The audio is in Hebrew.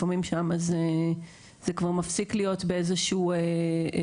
לפעמים שם זה כבר מפסיק להיות באיזו שהיא שליטה.